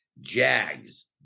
Jags